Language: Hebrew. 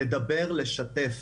לדבר, לשתף.